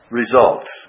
results